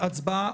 להצבעה.